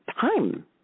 time